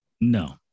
No